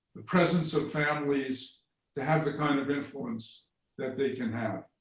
the presence of families to have the kind of influence that they can have.